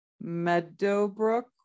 Meadowbrook